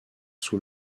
sous